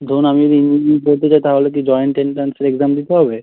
ধরুন আমি যদি ইঞ্জিনিয়ারিং পড়তে চাই তাহলে কি জয়েন্ট এনট্রান্সের এগজ্যাম দিতে হবে